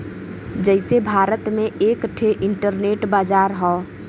जइसे भारत में एक ठे इन्टरनेट बाजार हौ